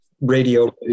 radio